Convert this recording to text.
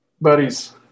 buddies